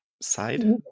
side